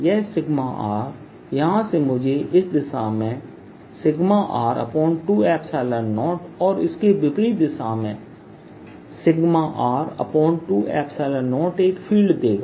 यह यहाँ से मुझे इस दिशा में 20और इसके विपरीत दिशा में 20 एक फील्ड देगा